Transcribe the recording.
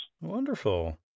Wonderful